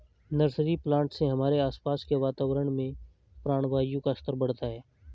nursery plant से हमारे आसपास के वातावरण में प्राणवायु का स्तर बढ़ता है